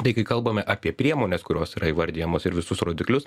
tai kai kalbame apie priemones kurios yra įvardijamos ir visus rodiklius